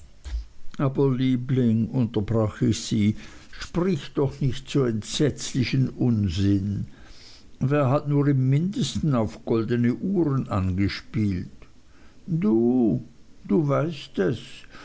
liebling unterbrach ich sie sprich doch nicht so entsetzlichen unsinn wer hat nur im mindesten auf goldene uhren angespielt du du weißt es